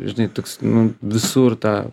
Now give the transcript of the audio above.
žinai toks nu visur ta